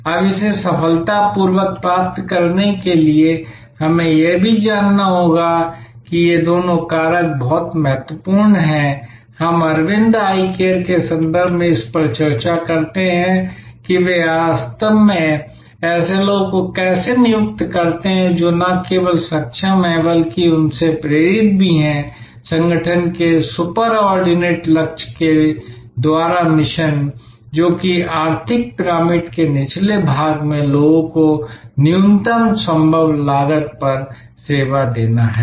अब इसे सफलतापूर्वक प्राप्त करने के लिए हमें यह भी जानना होगा कि ये दोनों कारक बहुत महत्वपूर्ण हैं हम अरविंद आई केयर के संदर्भ में इस पर चर्चा करते हैं कि वे वास्तव में ऐसे लोगों को कैसे नियुक्त करते हैं जो न केवल सक्षम हैं बल्कि उनसे प्रेरित भी हैं संगठन के सुपर ऑर्डिनेट लक्ष्य के द्वारा मिशन जो कि आर्थिक पिरामिड के निचले भाग में लोगों को न्यूनतम संभव लागत पर सेवा देना है